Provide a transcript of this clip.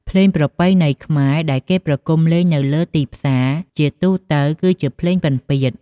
ភ្លេងប្រពៃណីខ្មែរដែលគេប្រគុំលេងនៅលើ ទីផ្សារ ជាទូទៅគឺជា ភ្លេងពិណពាទ្យ។